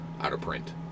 out-of-print